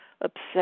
obsessed